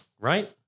Right